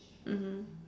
mmhmm